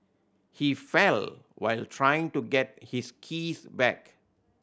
he fell while trying to get his keys back